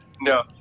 No